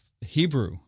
Hebrew